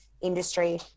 industry